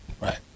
Right